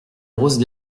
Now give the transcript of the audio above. roses